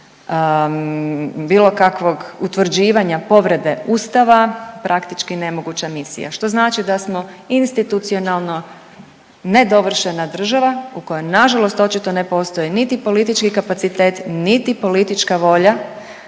bilo kakvog utvrđivanja povrede ustava praktički nemoguća misija, što znači da smo institucionalno nedovršena država u kojoj nažalost očito ne postoji niti politički kapacitet, niti politička volja